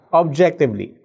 objectively